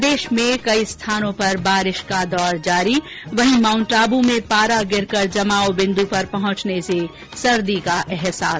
प्रदेश में कई स्थानों पर बारिश का दौर जारी वहीं माउन्ट आबू में पारा गिरकर जमाव बिन्दु पर पहुंचने से सर्दी का अहसास